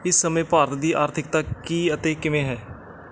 ਇਸ ਸਮੇਂ ਭਾਰਤ ਦੀ ਆਰਥਿਕਤਾ ਕੀ ਅਤੇ ਕਿਵੇਂ ਹੈ